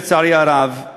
לצערי הרב,